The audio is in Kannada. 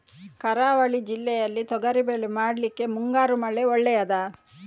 ಕರಾವಳಿ ಜಿಲ್ಲೆಯಲ್ಲಿ ತೊಗರಿಬೇಳೆ ಮಾಡ್ಲಿಕ್ಕೆ ಮುಂಗಾರು ಮಳೆ ಒಳ್ಳೆಯದ?